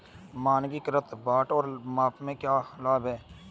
मानकीकृत बाट और माप के क्या लाभ हैं?